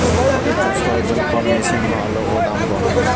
ফলের জুস করার জন্য কোন মেশিন ভালো ও দাম কম?